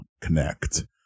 connect